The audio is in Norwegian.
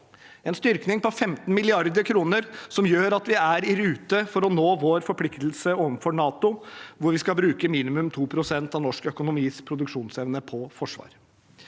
en styrking på 15 mrd. kr, som gjør at vi er i rute for å nå vår forpliktelse overfor NATO, hvor vi skal bruke minimum 2 pst. av norsk økonomis produksjonsevne på forsvar.